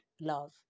love